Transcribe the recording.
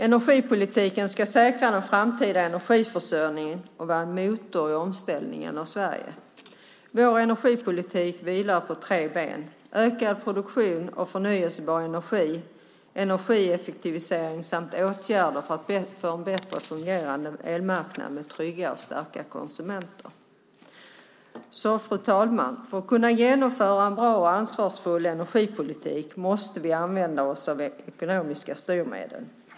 Energipolitiken ska säkra den framtida energiförsörjningen och vara en motor i omställningen av Sverige. Vår energipolitik vilar på tre ben: ökad produktion av förnybar energi, energieffektivisering samt åtgärder för en bättre fungerande elmarknad med trygga och starka konsumenter. Fru talman! För att kunna genomföra en bra och ansvarsfull energipolitik måste vi använda oss av ekonomiska styrmedel.